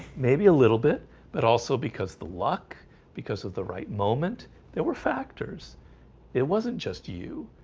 maybe a little bit but also because the luck because of the right moment there were factors it wasn't just you.